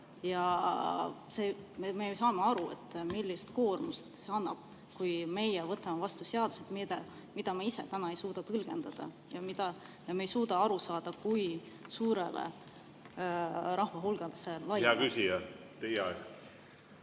Me ju saame aru, millise koormuse see [kohtutele] annab, kui me võtame vastu seaduse, mida me ise täna ei suuda tõlgendada, ja me ei suuda aru saada, kui suurele rahvahulgale see laieneb. Hea küsija, teie aeg!